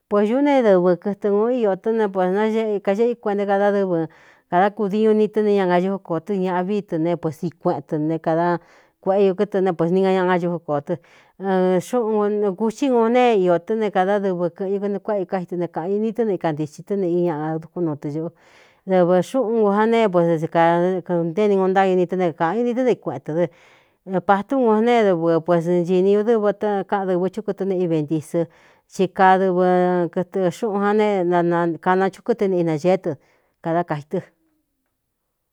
Puēsñuú ne dɨvɨ kɨtɨ ūú iō tɨ́ ne puesā ne kaxeꞌe i kuenta kadadɨvɨ kādá kudiu ni tɨ́ ne ñangayuú ko tɨ ñaꞌa vií tɨ ne puesi kueꞌen tɨ ne kāda kueꞌe u kɨtɨ né pusniña ñaꞌgáyuú kō tɨ xꞌun kuxi ūn ne iō tɨ́ ne kādá dɨvɨ kɨ̄ꞌɨn ñu kɨni kuéꞌe i káitɨ ne kāꞌan i ni tɨ́ne ikantixin tɨ́ neꞌi ñaꞌa dukún nutɨ cꞌu dɨvɨ xúꞌun ku an ne pueso i aɨnténi ūun ntáini tɨ́ ne kāꞌan i ni tɨ́ ntei kueꞌen tā̄ dɨ patún ū neé dɨvɨ pues nchīni ñu dɨvɨ tɨ́ káꞌan dɨvɨ chukutɨ neꞌiventisɨ ti kadɨvɨ kɨtɨ xúꞌun jan ne kana chukútɨneꞌinageé tɨ kādá kaxi tɨ.